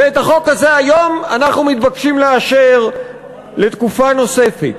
ואת החוק הזה היום אנחנו מתבקשים לאשר לתקופה נוספת.